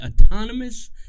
autonomous